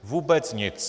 Vůbec nic.